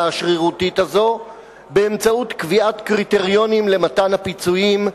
השרירותית הזאת באמצעות קביעת קריטריונים למתן הפיצויים,